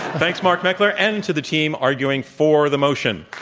thanks, mark meckler, and to the team arguing for the motion.